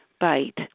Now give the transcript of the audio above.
bite